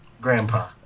Grandpa